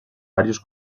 varios